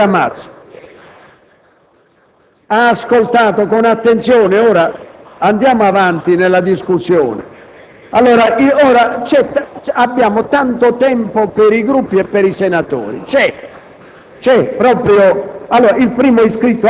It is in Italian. PRESIDENTE. Senatore Gramazio, ha ascoltato con attenzione, ora andiamo avanti nella discussione. Abbiamo tanto tempo per i Gruppi e per i senatori.